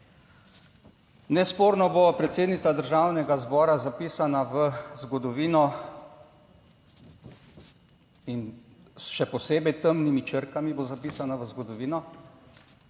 Nesporno bo predsednica Državnega zbora zapisana v zgodovino in še posebej temnimi črkami bo zapisana v zgodovino,